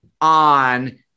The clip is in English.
on